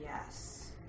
Yes